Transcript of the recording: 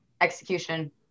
execution